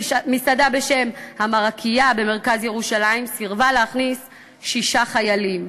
מסעדה בשם "המרקייה" במרכז ירושלים סירבה להכניס שישה חיילים.